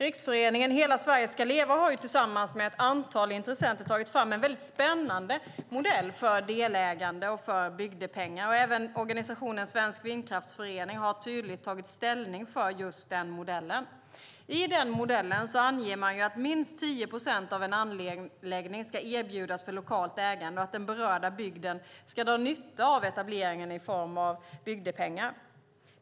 Riksföreningen Hela Sverige ska leva har tillsammans med ett antal intressenter tagit fram en mycket spännande modell för delägande och för bygdepengar. Även organisationen Svensk Vindkraftförening har tydligt tagit ställning för just den modellen. I den modellen anger man att minst 10 procent av en anläggning ska erbjudas för lokalt ägande och att den berörda bygden ska dra nytta av etableringen i form av bygdepengar.